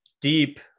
deep